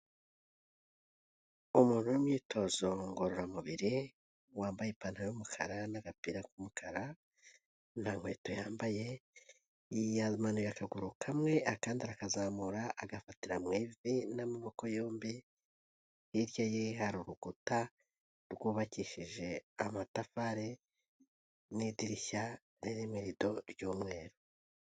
Umuntu uri mu myitozo ngororamubiri, wambaye ipantaro y'umukara n'agapira k'umukara, nta nkweto yambaye, yamanuye akaguru kamwe akandi arakazamura agafatira mu ivi n'amaboko yombi, hirya ye hari urukuta rwubakishije amatafari n'idirishya ririmo irido ry'umweru.